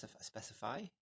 specify